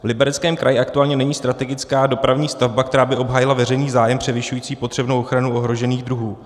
V Libereckém kraji aktuálně není strategická dopravní stavba, která by obhájila veřejný zájem převyšující potřebnou ochranu ohrožených druhů.